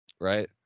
right